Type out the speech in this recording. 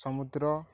ସମୁଦ୍ର